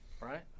right